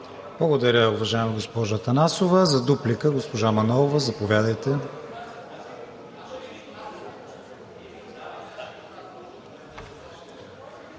Благодаря, уважаема госпожо Атанасова. За дуплика – госпожа Манолова, заповядайте.